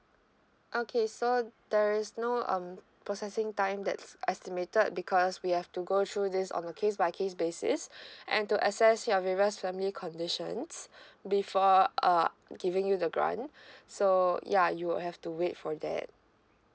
okay so there is no um processing time that's estimated because we have to go through this on the case by case basis and to access your various family conditions before uh giving you the grant so ya you will have to wait for that